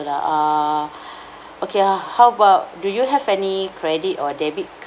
lah uh okay ah how about do you have any credit or debit